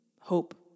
hope